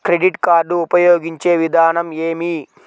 Credit card ఉపయోగించే విధానం ఏమి?